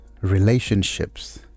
relationships